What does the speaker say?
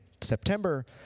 September